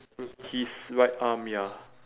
his right arm ya